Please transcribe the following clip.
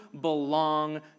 belong